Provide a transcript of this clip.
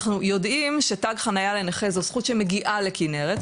אנחנו יודעים שתג חניה לנכה זו זכות שמגיעה לכנרת,